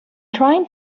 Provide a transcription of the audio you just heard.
trying